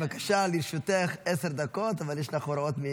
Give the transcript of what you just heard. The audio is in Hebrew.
בבקשה, לרשותך עשר דקות, אבל יש לך הוראות.